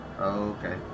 okay